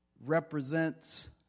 represents